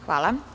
Hvala.